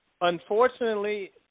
unfortunately